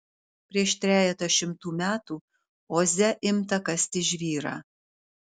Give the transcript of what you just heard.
prieš trejetą šimtų metų oze imta kasti žvyrą